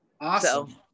awesome